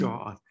God